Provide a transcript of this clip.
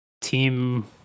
team